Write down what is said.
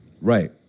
Right